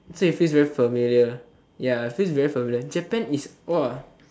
so it feels very familiar ya so it feels very familiar Japan is !wah!